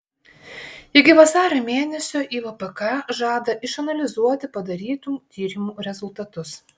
iki vasario mėnesio ivpk žada išanalizuoti padarytų tyrimų rezultatus